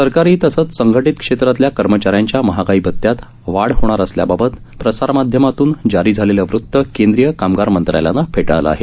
सरकारी तसंच संघटीत क्षेत्रातल्या कर्मचाऱ्यांच्या महागाई भत्यात वाढ होणार असल्याबाबत प्रसारमाध्यमांतून जारी झालेलं वृत केंद्रीय कामगार मंत्रालयानं फेटाळलं आहे